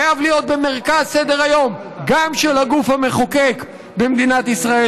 וחייב להיות במרכז סדר-היום גם של הגוף המחוקק במדינת ישראל,